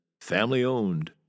family-owned